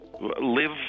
live